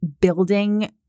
building